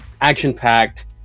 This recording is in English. action-packed